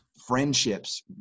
friendships